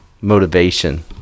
motivation